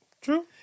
True